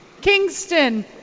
Kingston